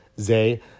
Zay